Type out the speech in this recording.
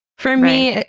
for me,